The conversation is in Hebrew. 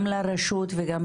גם לרשות וגם